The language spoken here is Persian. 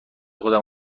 خودم